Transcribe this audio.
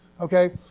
Okay